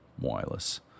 wireless